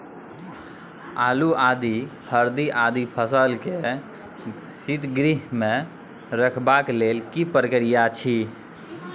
आलू, आदि, हरदी आदि फसल के शीतगृह मे रखबाक लेल की प्रक्रिया अछि?